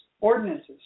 ordinances